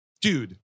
dude